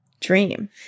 dream